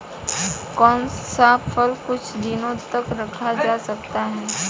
कौन सा फल कुछ दिनों तक रखा जा सकता है?